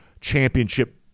championship